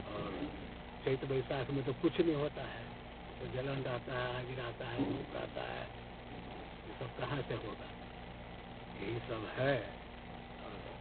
और चैत्र वैशाख में तो कुछ नहीं होता है वो तो जलन रहता है आग रहता है धूप रहता है ये सब कहाँ से होगा यही सब है और